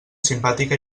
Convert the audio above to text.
simpàtica